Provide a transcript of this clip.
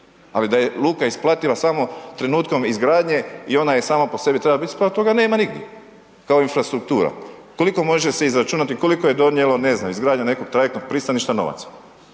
Ali, da je luka isplativa samo trenutkom izgradnje i ona je sama po sebi biti isplativa, pa toga nema nigdje kao infrastruktura. Koliko može se izračunati, koliko je donijelo, ne znam, izgradnja nekog trajektnog pristaništa novaca,